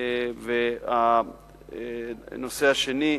והנושא השני,